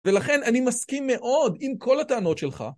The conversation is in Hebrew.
ולכן אני מסכים מאוד עם כל הטענות שלך.